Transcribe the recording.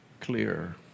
clear